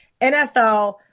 NFL